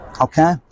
okay